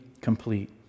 complete